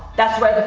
that's right,